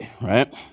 right